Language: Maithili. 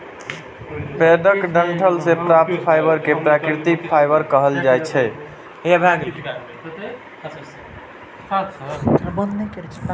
पेड़क डंठल सं प्राप्त फाइबर कें प्राकृतिक फाइबर कहल जाइ छै